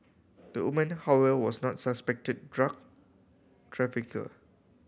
the woman however was not the suspected drug trafficker